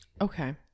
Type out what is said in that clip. Okay